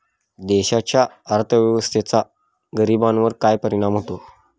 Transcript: देशाच्या अर्थव्यवस्थेचा गरीबांवर काय परिणाम होतो